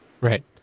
right